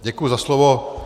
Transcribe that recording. Děkuji za slovo.